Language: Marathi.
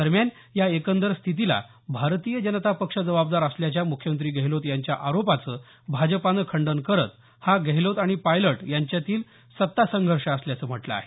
दरम्यान या एकंदर स्थितीला भारतीय जनता पक्ष जबाबदार असल्याच्या मुख्यमंत्री गेहलोत यांच्या आरोपाचं भाजपनं खंडन करत हा गेहलोत आणि पायलट यांच्यातील सत्ता संघर्ष असल्याचं म्हटलं आहे